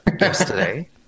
yesterday